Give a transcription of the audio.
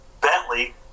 Bentley